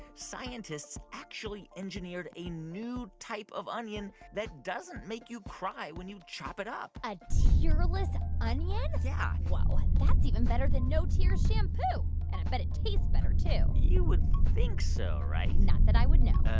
scientists actually engineered a new type of onion that doesn't make you cry when you chop it up? a a tearless onion? yeah whoa, that's even better than no-tears shampoo. and it bet it tastes better, too you would think so, right. not that i would know.